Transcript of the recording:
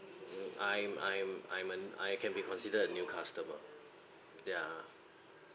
mm I'm I'm I'm a ne~ I can be considered a new customer ya